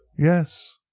yes,